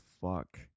fuck